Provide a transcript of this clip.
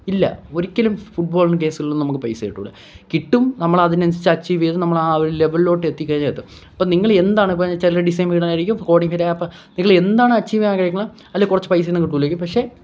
ഇല്ല ഒരിക്കലും ഫുട്ബോളിനും കേസുകളിനൊന്നും നമുക്ക് പൈസ കിട്ടൂല്ല കിട്ടും നമ്മളതിനനുസരിച്ച് അച്ചീവ് ചെയ്ത് നമ്മളാ ഒരു ലെവലിലോട്ട് എത്തിക്കഴിഞ്ഞാല് എത്തും അപ്പോള് നിങ്ങളെന്താണ് ഇപ്പോള് ചിലര് ഡിസൈൻ ഫീൽഡായിരിക്കും കോഡിങ് ഫീൽഡ് അപ്പോള് നിങ്ങളെന്താണ് അച്ചീവ് ചെയ്യാനാഗ്രഹിക്കുന്നത് അല്ലെങ്കില് കുറച്ച് പൈസയൊന്നും കിട്ടൂല്ലായിരിക്കും പക്ഷെ